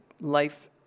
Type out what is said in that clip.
life